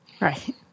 right